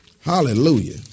Hallelujah